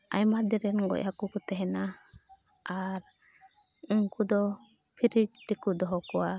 ᱟᱭᱢᱟ ᱫᱤᱱ ᱨᱮᱱ ᱜᱚᱡ ᱦᱟᱹᱠᱩ ᱠᱚ ᱛᱟᱦᱮᱱᱟ ᱟᱨ ᱩᱱᱠᱩ ᱫᱚ ᱯᱷᱨᱤᱡᱽ ᱨᱮᱠᱚ ᱫᱚᱦᱚ ᱠᱚᱣᱟ